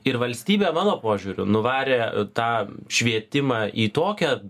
ir valstybė mano požiūriu nuvarė tą švietimą į tokią